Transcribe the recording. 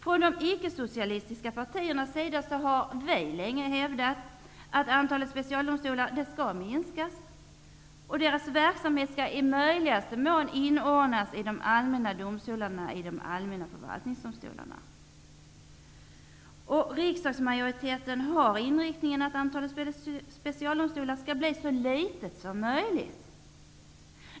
Från de icke-socialistiska partiernas sida har vi länge hävdat, att antalet specialdomstolar bör minskas och att deras verksamhet i möjligaste mån bör inordnas i de allmänna domstolarnas eller i de allmänna förvaltningsdomstolarnas verksamhet. Riksdagsmajoriteten har inriktningen att antalet specialdomstolar skall bli så litet som möjligt.